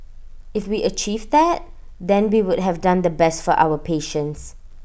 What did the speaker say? if we achieve that then we would have done the best for our patients